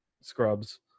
scrubs